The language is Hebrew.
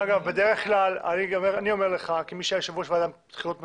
כמי שהיה יושב-ראש ועדת בחירות מקומית,